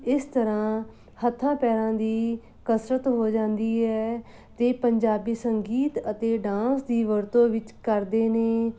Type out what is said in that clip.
ਇਸ ਤਰ੍ਹਾਂ ਹੱਥਾਂ ਪੈਰਾਂ ਦੀ ਕਸਰਤ ਹੋ ਜਾਂਦੀ ਹੈ ਅਤੇ ਪੰਜਾਬੀ ਸੰਗੀਤ ਅਤੇ ਡਾਂਸ ਦੀ ਵਰਤੋਂ ਵਿੱਚ ਕਰਦੇ ਨੇ